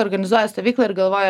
organizuoja stovyklą ir galvoj